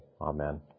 Amen